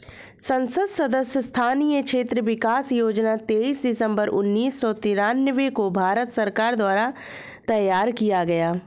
संसद सदस्य स्थानीय क्षेत्र विकास योजना तेईस दिसंबर उन्नीस सौ तिरान्बे को भारत सरकार द्वारा तैयार किया गया